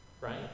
Right